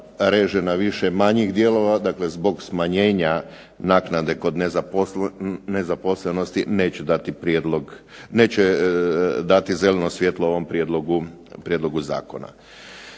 reže na više manjih dijelova, dakle zbog smanjenja naknade kod nezaposlenosti neću dati prijedlog, neću dati zeleno svjetlo ovom prijedlogu zakona.